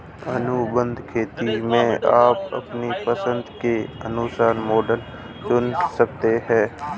अनुबंध खेती में आप अपनी पसंद के अनुसार एक मॉडल चुन सकते हैं